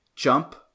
Jump